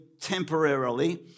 temporarily